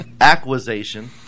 Acquisition